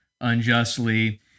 unjustly